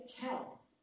tell